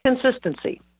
Consistency